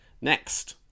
Next